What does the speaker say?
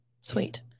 Sweet